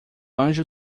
anjo